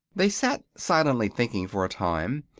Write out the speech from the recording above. they sat silently thinking for a time.